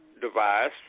device